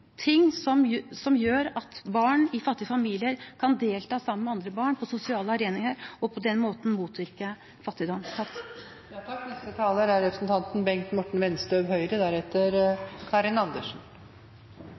som gjør at barn i fattige familier kan delta sammen med andre barn på sosiale arenaer, og på den måten motvirke fattigdom.